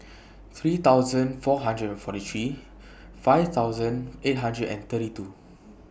three thousand four hundred and forty three five thousand eight hundred and thirty two